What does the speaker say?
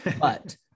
But-